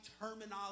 terminology